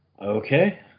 Okay